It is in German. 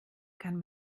kann